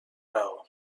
raó